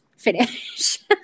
finish